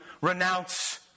renounce